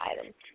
items